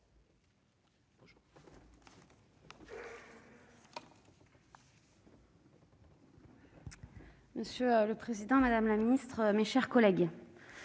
Monsieur le président, madame la ministre, mes chers collègues,